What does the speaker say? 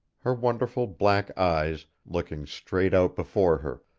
her wonderful black eyes looking straight out before her,